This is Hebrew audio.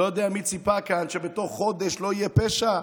אני לא יודע מי ציפה כאן שבתוך חודש לא יהיה פשע.